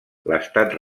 l’estat